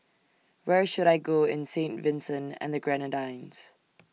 Where should I Go in Saint Vincent and The Grenadines